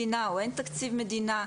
אין תקציב מדינה,